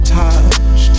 touch